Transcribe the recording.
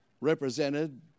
represented